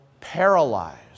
paralyzed